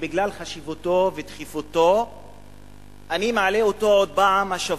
ובגלל חשיבותו ודחיפותו אני מעלה אותו עוד פעם השבוע.